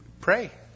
Pray